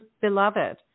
beloved